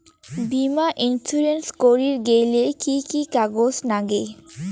বীমা ইন্সুরেন্স করির গেইলে কি কি কাগজ নাগে?